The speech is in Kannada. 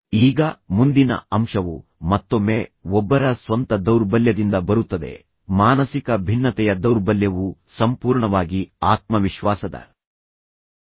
ಈಗ ಮುಂದಿನ ಅಂಶವು ಮತ್ತೊಮ್ಮೆ ಒಬ್ಬರ ಸ್ವಂತ ದೌರ್ಬಲ್ಯದಿಂದ ಬರುತ್ತದೆ ಮಾನಸಿಕ ಭಿನ್ನತೆಯ ದೌರ್ಬಲ್ಯವು ಸಂಪೂರ್ಣವಾಗಿ ಆತ್ಮವಿಶ್ವಾಸದ ಕೊರತೆಯಾಗಿದೆ